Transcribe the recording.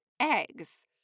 Eggs